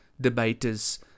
debaters